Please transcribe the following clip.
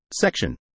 Section